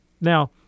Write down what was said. Now